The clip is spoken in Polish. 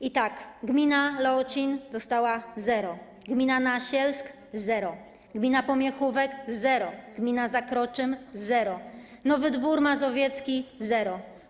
I tak: gmina Leoncin dostała zero, gmina Nasielsk - zero, gmina Pomiechówek - zero, gmina Zakroczym - zero, Nowy Dwór Mazowiecki - zero.